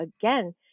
again